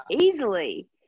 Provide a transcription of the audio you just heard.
easily